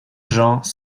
gens